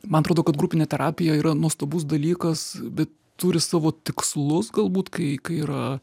man atrodo kad grupinė terapija yra nuostabus dalykas bet turi savo tikslus galbūt kai kai yra